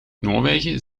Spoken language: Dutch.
noorwegen